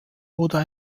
oder